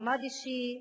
מעמד אישי,